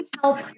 help